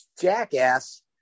jackass